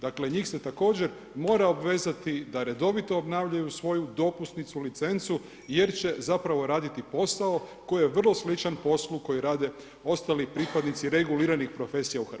Dakle, njih se također mora obvezati, da redovito obnovila svoju dopusnicu, licencu, jer će zapravo raditi posao, koji je vrlo sličan poslu koji rade, ostali pripadnici, reguliranih profesija u Hrvatskoj.